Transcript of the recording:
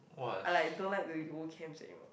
I like don't like to do camps anymore